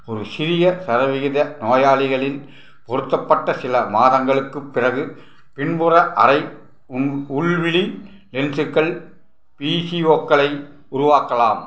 ஒரு சிறிய சதவீத நோயாளிகளில் பொருத்தப்பட்ட சில மாதங்களுக்குப் பிறகு பின்புற அறை உள் உள்விழி லென்ஸ்கள் பிசிஓக்களை உருவாக்கலாம்